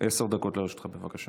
לרשותך, בבקשה.